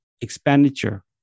expenditure